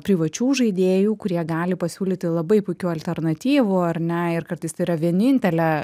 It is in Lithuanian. privačių žaidėjų kurie gali pasiūlyti labai puikių alternatyvų ar ne ir kartais tai yra vienintelė